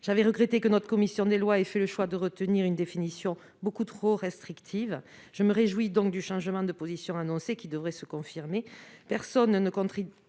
J'avais regretté que notre commission des lois ait fait le choix de retenir une définition beaucoup trop restrictive. Je me réjouis donc du changement de position annoncé, qui devra néanmoins se confirmer.